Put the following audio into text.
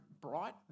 bright